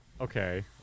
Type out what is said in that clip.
Okay